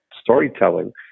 storytelling